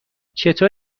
چطور